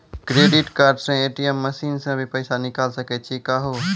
Credit card से ATM machine से भी पैसा निकल सकै छि का हो?